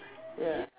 ya